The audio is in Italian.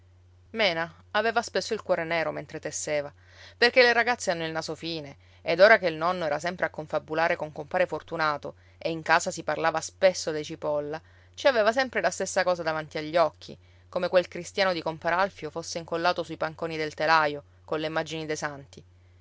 mena aveva spesso il cuore nero mentre tesseva perché le ragazze hanno il naso fine ed ora che il nonno era sempre a confabulare con compare fortunato e in casa si parlava spesso dei cipolla ci aveva sempre la stessa cosa davanti agli occhi come quel cristiano di compar alfio fosse incollato sui panconi del telaio colle immagini dei santi